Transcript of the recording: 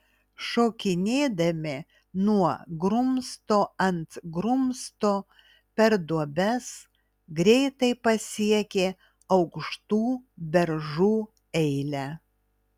šokinėdami nuo grumsto ant grumsto per duobes greitai pasiekė aukštų beržų eilę